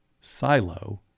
silo